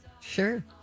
Sure